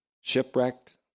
Shipwrecked